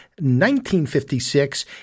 1956